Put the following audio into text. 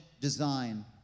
design